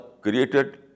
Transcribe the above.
created